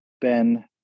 Ben